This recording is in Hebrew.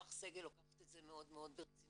רמ"ח סגל לוקחת את זה מאוד ברצינות.